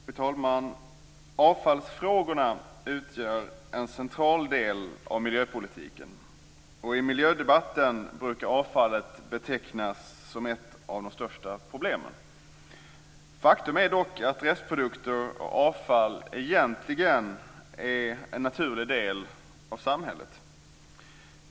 Fru talman! Avfallsfrågorna utgör en central del av miljöpolitiken. I miljödebatten brukar avfallet betecknas som ett av de största problemen. Faktum är dock att restprodukter och avfall egentligen är en naturlig del av samhället.